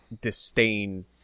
disdain